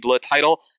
title